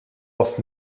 auf